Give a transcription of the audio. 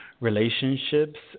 relationships